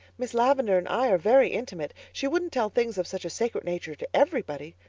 miss lavendar and i are very intimate. she wouldn't tell things of such a sacred nature to everybody.